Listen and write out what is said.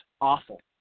awful